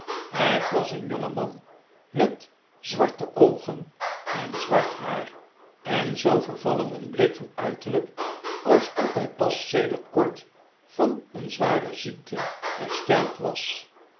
het was een jongeman met zwarte oogen en zwart haar en zoo vervallen en bleek van uiterlijk alsof hij pas seder t kort van een zware ziekte hersteld was